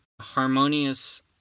harmonious